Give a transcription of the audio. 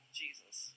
jesus